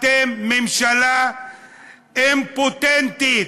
אתם ממשלה אימפוטנטית,